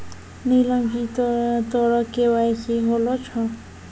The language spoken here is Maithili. नीलम जी तोरो के.वाई.सी होलो छौं?